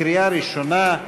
בקריאה ראשונה,